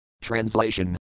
Translation